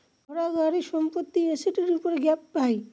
ঘোড়া, গাড়ি, সম্পত্তি এসেটের উপর গ্যাপ পাই